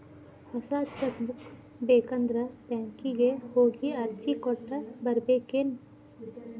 ಹೊಸ cheque book ಬೇಕಂದ್ರ ಬ್ಯಾಂಕಿಗೆ ಹೋಗಿ ಅರ್ಜಿ ಕೊಟ್ಟ ಬರ್ಬೇಕೇನ್